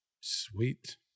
Sweet